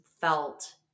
felt